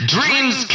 Dreams